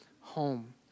home